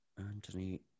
Anthony